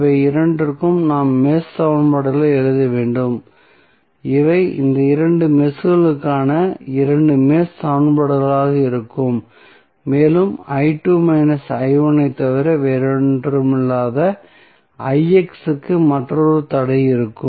இவை இரண்டிற்கும் நாம் மெஷ் சமன்பாடுகளை எழுத வேண்டும் இவை இந்த இரண்டு மெஷ்களுக்கான இரண்டு மெஷ் சமன்பாடுகளாக இருக்கும் மேலும் ஐத் தவிர வேறொன்றுமில்லாத க்கு மற்றொரு தடை இருக்கும்